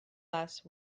less